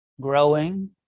growing